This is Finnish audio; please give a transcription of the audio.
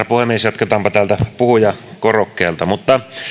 puhemies jatketaanpa täältä puhujakorokkeelta